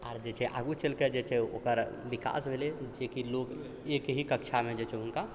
आर जे छै आगू चलि कऽ जे छै ओकर विकास भेलै जेकि लोक एक ही कक्षामे जे छै हुनका